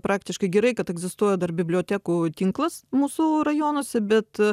praktiškai gerai kad egzistuoja dar bibliotekų tinklas mūsų rajonuose bet